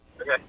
Okay